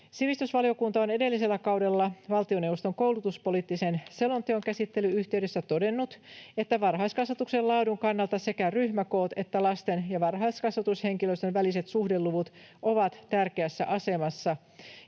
Sivistysvaliokunta on edellisellä kaudella valtioneuvoston koulutuspoliittisen selonteon käsittelyn yhteydessä todennut, että varhaiskasvatuksen laadun kannalta sekä ryhmäkoot että lasten ja varhaiskasvatushenkilöstön väliset suhdeluvut ovat tärkeässä asemassa